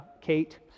Kate